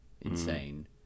insane